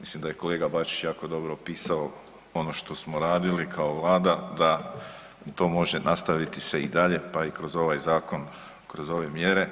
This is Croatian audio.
Mislim da je kolega Bačić jako dobro opisao ono što smo radili kao vlada da to može nastaviti se i dalje, pa i kroz ovaj zakon kroz ove mjere